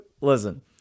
Listen, –